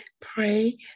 pray